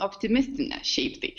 optimistinė šiaip tai